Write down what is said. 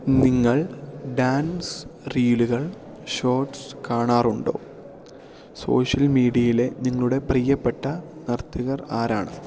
നിങ്ങൾ ഡാൻസ് റീലുകൾ ഷോർട്ട്സ് കാണാറുണ്ടോ സോഷ്യൽ മീഡിയയിലെ നിങ്ങളുടെ പ്രിയപ്പെട്ട നർത്തകർ ആരാണ്